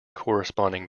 corresponding